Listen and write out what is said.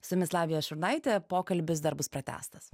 su jumis lavija šurnaitė pokalbis dar bus pratęstas